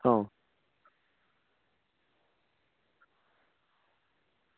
હ